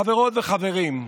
חברות וחברים,